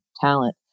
talent